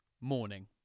morning